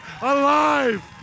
alive